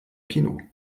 kino